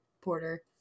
Porter